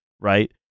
right